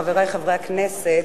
חברי חברי הכנסת,